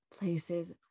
places